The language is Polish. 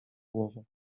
głowę